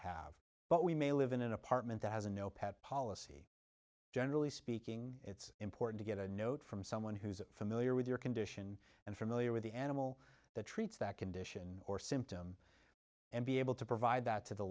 have but we may live in an apartment that has a no pat policy generally speaking it's important to get a note from someone who's familiar with your condition and familiar with the animal that treats that condition or symptom and be able to provide that to the